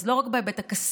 אז לא רק בהיבט הכספי.